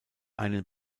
einen